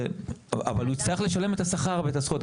אבל הוא יצטרך לשלם את השכר והזכויות,